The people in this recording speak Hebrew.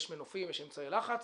יש מנופים, יש אמצעי לחץ.